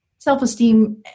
self-esteem